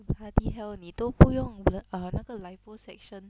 bloody hell 你都不用了 ah 那个 liposuction